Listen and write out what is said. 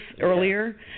earlier